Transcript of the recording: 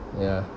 ya